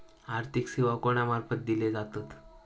आर्थिक सेवा कोणा मार्फत दिले जातत?